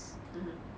mmhmm